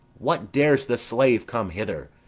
what, dares the slave come hither,